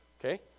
Okay